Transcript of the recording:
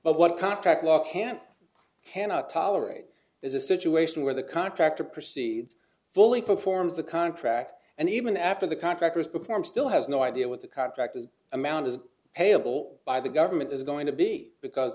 but what contract law can't cannot tolerate is a situation where the contractor proceeds fully performs the contract and even after the contractors perform still has no idea what the contract as amount is payable by the government is going to be because